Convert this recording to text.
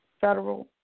federal